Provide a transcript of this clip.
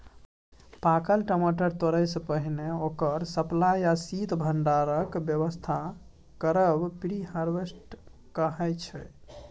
पाकल टमाटर तोरयसँ पहिने ओकर सप्लाई या शीत भंडारणक बेबस्था करब प्री हारवेस्ट कहाइ छै